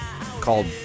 called